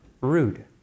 rude